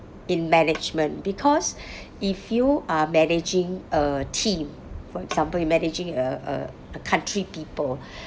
in management because if you are managing a team for example you're managing uh uh uh country people